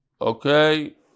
Okay